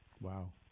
Wow